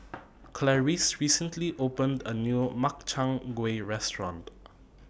Clarice recently opened A New Makchang Gui Restaurant